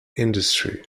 industry